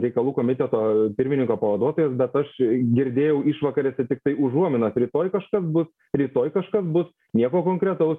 reikalų komiteto pirmininko pavaduotojas bet aš girdėjau išvakarėse tiktai užuominas rytoj kažkas bus rytoj kažkas bus nieko konkretaus